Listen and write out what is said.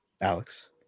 Alex